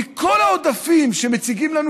מכל העודפים שמציגים לנו,